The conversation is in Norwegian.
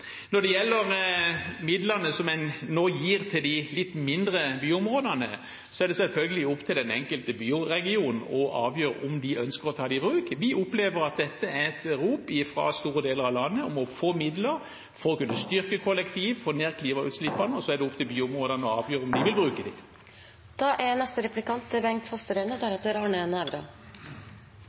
en nå gir til de litt mindre byområdene, er det selvfølgelig opp til den enkelte byregion å avgjøre om de ønsker å ta dem i bruk. Vi opplever at dette er et rop fra store deler av landet om å få midler for å kunne styrke kollektivtrafikken og få ned klimagassutslippene, og så er det opp til byområdene å avgjøre om de vil bruke